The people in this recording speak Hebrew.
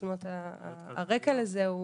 זאת אומרת הרקע לזה הוא,